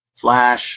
Flash